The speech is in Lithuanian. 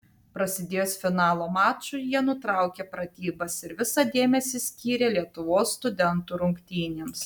prasidėjus finalo mačui jie nutraukė pratybas ir visą dėmesį skyrė lietuvos studentų rungtynėms